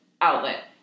outlet